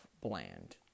bland